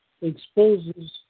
exposes